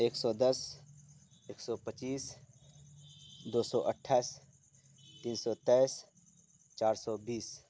ایک سو دس ایک سو پچیس دو سو اٹھائیس تین سو تیس چار سو بیس